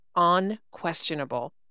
Unquestionable